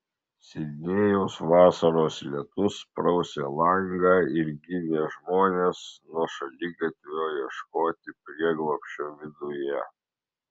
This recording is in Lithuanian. sidnėjaus vasaros lietus prausė langą ir ginė žmones nuo šaligatvio ieškoti prieglobsčio viduje